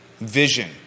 vision